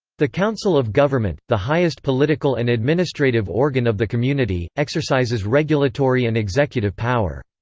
the council of government, the highest political and administrative organ of the community, exercises regulatory and executive power.